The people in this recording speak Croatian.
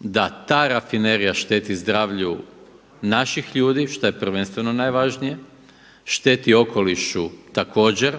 da ta rafinerija šteti zdravlju naših ljudi šta je prvenstveno najvažnije, šteti okolišu također